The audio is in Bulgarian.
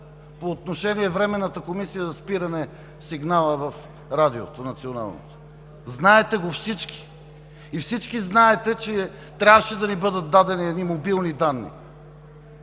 по отношение на Временната комисия за спиране сигнала в Националното радио. Знаете го всички и всички знаете, че трябваше да ни бъдат дадени едни мобилни данни